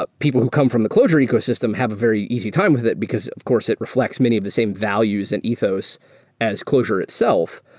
ah people who come from the clojure ecosystem have a very easy time with it because, of course, it reflects many of the same values and ethos as clojure itself.